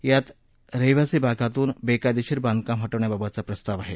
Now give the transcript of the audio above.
यात रहिवासी भागात बेकायदेशीर बांधकाम हटवण्याबाबतचा प्रस्ताव आहे